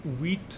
wheat